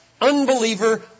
Unbeliever